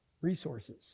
resources